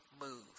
move